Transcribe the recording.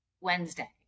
Wednesday